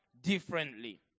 differently